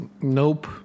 Nope